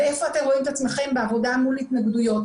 היכן הם רואים את עצמם בעבודה מול התנגדויות.